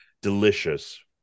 Delicious